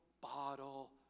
bottle